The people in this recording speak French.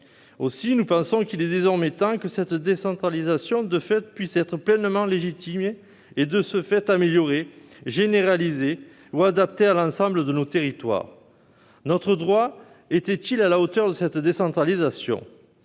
Aussi, nous pensons qu'il est désormais temps que cette décentralisation de fait puisse être pleinement légitimée et, de ce fait, améliorée, généralisée ou adaptée à l'ensemble de nos territoires. Notre droit est-il à la hauteur de cette décentralisation ?